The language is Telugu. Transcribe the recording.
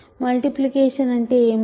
మల్టిప్లికేషన్ అంటే ఏమిటి